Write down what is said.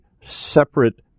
separate